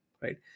right